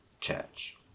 church